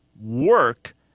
work